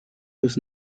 was